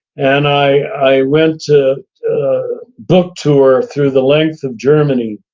and i i went to book tour through the length of germany,